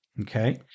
Okay